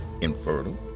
infertile